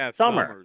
summer